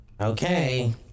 Okay